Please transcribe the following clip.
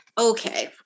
okay